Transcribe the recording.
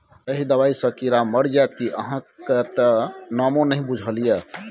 एहि दबाई सँ कीड़ा मरि जाइत कि अहाँक त नामो नहि बुझल छै